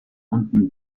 unten